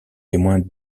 témoin